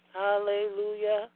Hallelujah